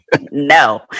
No